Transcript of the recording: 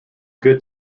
good